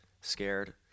scared